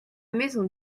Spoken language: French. maison